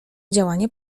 działanie